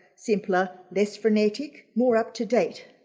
simpler, less frenetic, more up-to-date.